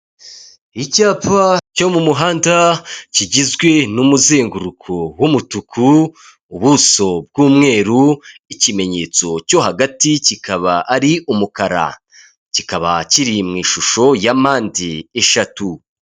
Icyapa cyo mu muhanda, kigizwe n'umuzenguruko w'umutuku, ubuso bw'umweru, ikimenyetso cyo hagati kikaba ari umukara, kikaba kiri mu ishusho ya mpande eshatu.